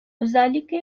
özellikle